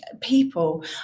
People